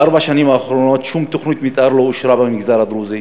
בארבע השנים האחרונות שום תוכנית מתאר לא אושרה במגזר הדרוזי,